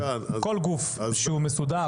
אלא כל גוף שהוא מסודר,